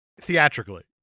Theatrically